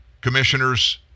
Commissioners